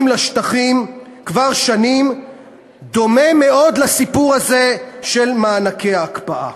לשטחים כבר שנים דומים מאוד לסיפור הזה של מענקי ההקפאה.